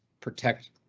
protect